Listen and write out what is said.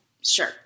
Sure